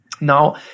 Now